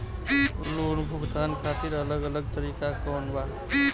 Loan भुगतान खातिर अलग अलग तरीका कौन बा?